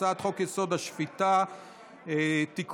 הצעת חוק-יסוד: השפיטה (תיקון,